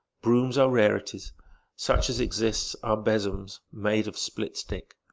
brooms are rarities such as exist are besoms made of split stick.